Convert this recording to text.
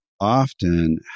often